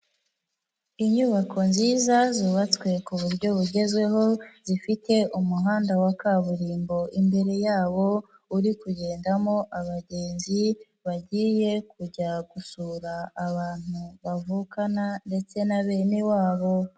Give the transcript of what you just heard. Inyubako nziza zubatswe ku buryo bugezweho, zifite umuhanda wa kaburimbo imbere yawo, uri kugendamo abagenzi, bagiye kujya gusura abantu bavukana ndetse na bene wabo.